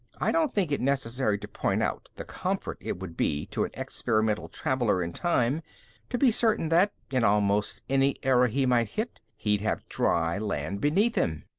i don't think it necessary to point out the comfort it would be to an experimental traveler in time to be certain that, in almost any era he might hit, he'd have dry land beneath him.